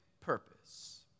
purpose